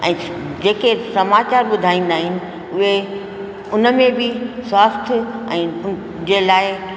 ऐं जेके समाचार ॿुधाईंदा आहिनि उहे हुन में बि स्वास्थ्य ऐं जे लाइ